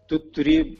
tu turi